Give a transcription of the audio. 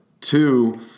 Two